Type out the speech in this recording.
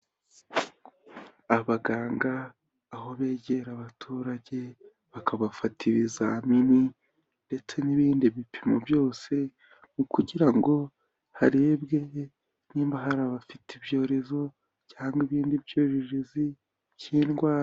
Abaganga aho begera abaturage bakabafata ibizamini ndetse n'ibindi bipimo byose kugira ngo harebwe niba hari abafite ibyorezo cyangwa ibindi byozi by'indwara.